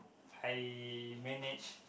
I manage